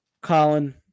Colin –